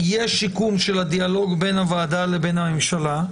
יש שיקום של הדיאלוג בין הוועדה לבין הממשלה,